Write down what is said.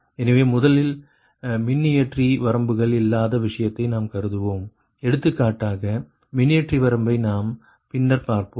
எனவே முதலில் மின்னியற்றி வரம்புகள் இல்லாத விஷயத்தை நாம் கருதுவோம் எடுத்துக்காட்டாக மின்னியற்றி வரம்பை நாம் பின்னர் பார்ப்போம்